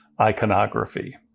iconography